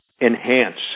enhance